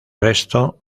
resto